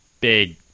big